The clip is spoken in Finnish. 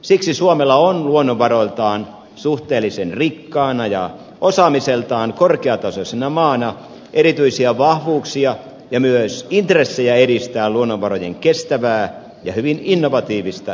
siksi suomella on luonnonvaroiltaan suhteellisen rikkaana ja osaamiseltaan korkeatasoisena maana erityisiä vahvuuksia ja myös intressejä edistää luonnonvarojen kestävää ja hyvin innovatiivista hyödyntämistä